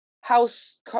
house